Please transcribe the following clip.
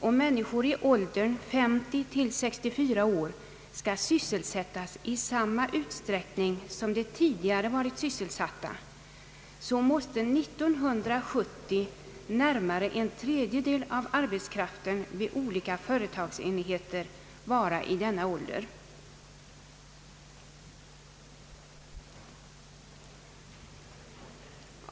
Om människor i åldern 50— 64 år skall sysselsättas i samma utsträckning som tidigare, så måste år 1970 närmare en tredjedel av arbetskraften vid olika företagsenheter vara i denna ålder.